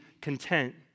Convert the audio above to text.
content